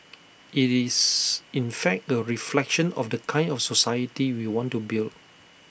IT is in fact A reflection of the kind of society we want to build